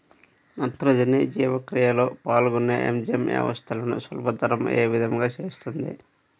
నత్రజని జీవక్రియలో పాల్గొనే ఎంజైమ్ వ్యవస్థలను సులభతరం ఏ విధముగా చేస్తుంది?